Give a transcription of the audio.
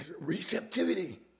receptivity